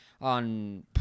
on